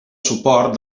suport